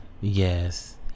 Yes